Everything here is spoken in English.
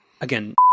Again